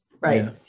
Right